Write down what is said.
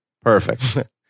Perfect